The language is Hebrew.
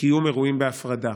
קיום אירועים בהפרדה